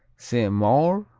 sainte-maure,